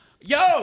Yo